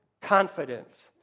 confidence